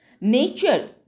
Nature